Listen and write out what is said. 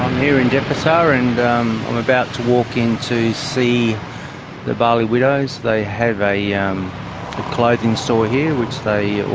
here in denpasar and i'm about to walk in to see the bali widows. they have a yeah um clothing store so here which they